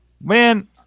Man